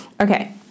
Okay